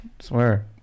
swear